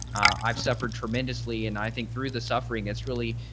i've suffered tremendously. and i think through the suffering, it's really,